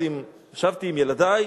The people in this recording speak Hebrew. ישבתי ביחד עם ילדי,